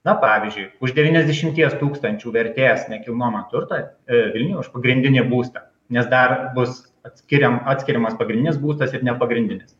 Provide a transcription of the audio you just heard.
na pavyzdžiui už devyniasdešimties tūkstančių vertės nekilnojamą turtą vilniuje už pagrindinį būstą nes dar bus atskiriam atskiriamas pagrindinis būstas ir nepagrindinis